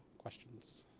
questions.